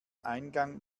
eingang